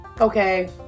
Okay